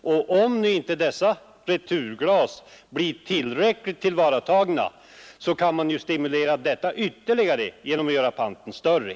Och om inte dessa returglas blir tillräckligt tillvaratagna, kan man ju stimulera ytterligare genom att göra panten större.